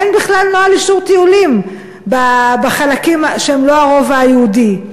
אין בכלל אישור טיולים בחלקים שהם לא הרובע היהודי.